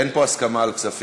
אין פה הסכמה על כספים,